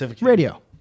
radio